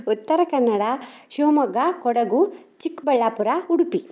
Uttara Kannada Shivamogga Kodagu Chikkaballapur Udupi